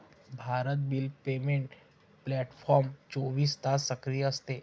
Bharat bill payment platform चोवीस तास सक्रिय असते